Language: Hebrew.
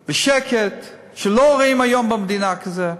בשקט, לא רואים היום במדינה דבר כזה.